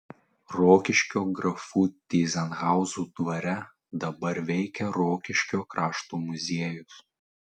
rokiškio grafų tyzenhauzų dvare dabar veikia rokiškio krašto muziejus